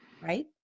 right